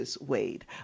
Wade